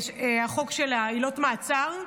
החוק של עילות מעצר.